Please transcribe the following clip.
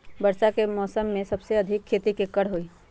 वर्षा के मौसम में सबसे अधिक खेती केकर होई?